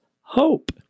hope